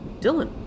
Dylan